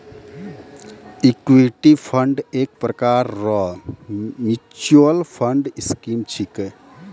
equity fund एक प्रकार रो मिच्युअल फंड स्कीम छिकै